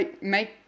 make